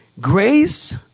Grace